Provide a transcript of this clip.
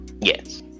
Yes